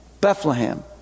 Bethlehem